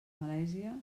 malàisia